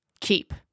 keep